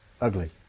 ugly